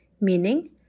meaning